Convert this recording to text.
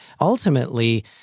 Ultimately